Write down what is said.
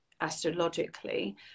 astrologically